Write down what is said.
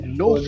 no